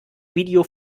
video